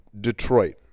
Detroit